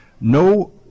No